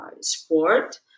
sport